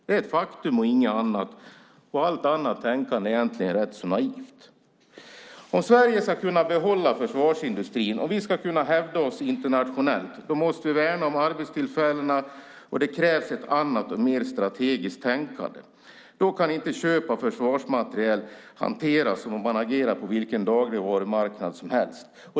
Det är ett faktum och inget annat, och allt annat tänkande är egentligen rätt så naivt. Om Sverige ska kunna behålla försvarsindustrin och om vi ska kunna hävda oss internationellt måste vi värna om arbetstillfällena, och det krävs ett annat och mer strategiskt tänkande. Då kan inte köp av försvarsmateriel hanteras som om man agerade på vilken dagligvarumarknad som helst.